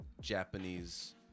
Japanese